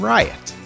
Riot